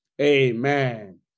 Amen